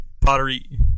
pottery